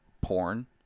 porn